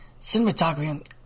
cinematography